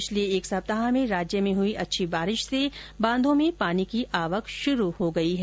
पिछले एक सप्ताह में राज्य में हुई अच्छी बारिश से बांधों में पानी की आवक शुरु हो गयी है